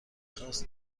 خواست